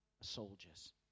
soldiers